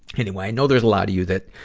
anyway, i know there's a lot of you that,